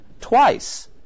twice